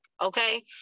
okay